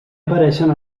apareixen